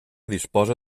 disposa